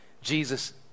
Jesus